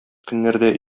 көннәрдә